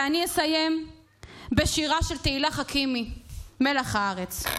ואני אסיים בשירה של תהילה חכימי, "מלח הארץ":